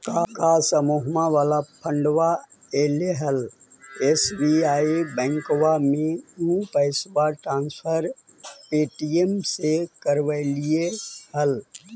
का समुहवा वाला फंडवा ऐले हल एस.बी.आई बैंकवा मे ऊ पैसवा ट्रांसफर पे.टी.एम से करवैलीऐ हल?